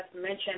mentioned